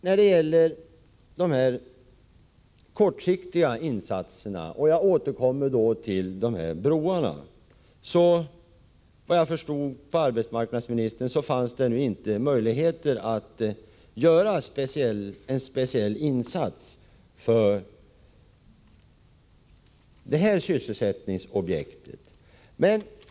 När det gäller de kortsiktiga insatserna återkommer jag till frågan om broarna. Det fanns inte, så som jag förstod arbetsmarknadsministerns uttalande, möjligheter att nu göra speciella insatser för de sysselsättningsobjekten.